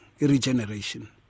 regeneration